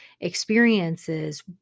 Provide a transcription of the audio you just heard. experiences